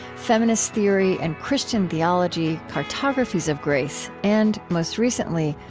feminist theory and christian theology cartographies of grace, and, most recently,